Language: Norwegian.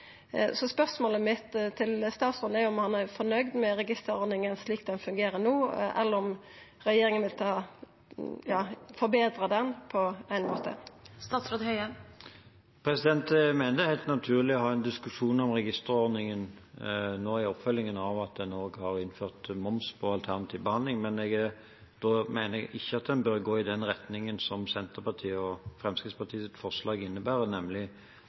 Så spørsmålet mitt til statsråden er om han er fornøgd med registerordninga slik ho fungerer no, eller om regjeringa vil forbetra ordninga på nokon måte. Jeg mener det er helt naturlig å ha en diskusjon om registerordningen i oppfølgingen av at en har innført moms på alternativ behandling, men da mener jeg ikke en bør gå i den retningen som Senterpartiet og Fremskrittspartiets forslag innebærer, nemlig